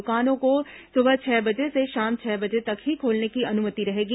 दुकानों को सुबह छह बजे से शाम छह बजे तक ही खोलने की अनुमति रहेगी